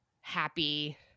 happy